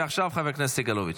ועכשיו חבר הכנסת יואב סגלוביץ'.